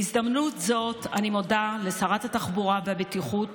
בהזדמנות זו אני מודה לשרת התחבורה והבטיחות